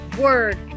word